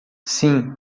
sim